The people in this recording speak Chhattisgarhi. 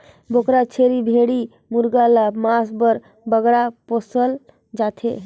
बोकरा, छेरी, भेंड़ी मुरगा ल मांस बर बगरा पोसल जाथे